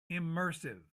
immersive